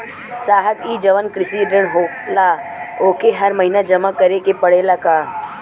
साहब ई जवन कृषि ऋण होला ओके हर महिना जमा करे के पणेला का?